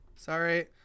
Sorry